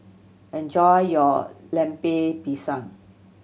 enjoy your Lemper Pisang